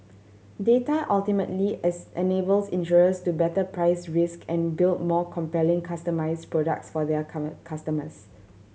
data ultimately is enables insurers to better price risk and build more compelling customised products for their customers